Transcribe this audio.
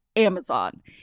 Amazon